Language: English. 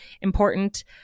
important